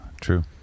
True